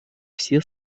все